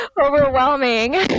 overwhelming